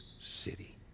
city